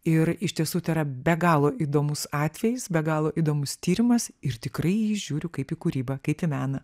ir iš tiesų tai yra be galo įdomus atvejis be galo įdomus tyrimas ir tikrai į jį žiūriu kaip į kūrybą kaip į meną